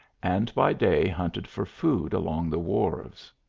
and by day hunted for food along the wharves.